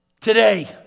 today